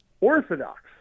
Orthodox